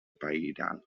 pairal